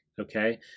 Okay